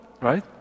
right